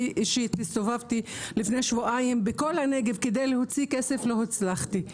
אני אישית הסתובבתי לפני שבועיים בכל הנגב כדי להוציא כסף ולא הצלחתי.